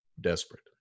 desperate